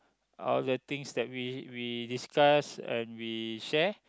all the things that we we discuss and we share